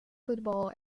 football